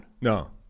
No